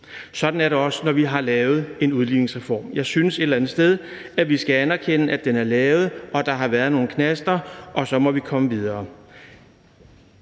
Sådan er det også, når vi har lavet en udligningsreform. Jeg synes et eller andet sted, at vi skal anerkende, at den er lavet, og at der har været nogle knaster, og så må vi komme videre.